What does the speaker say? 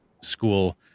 school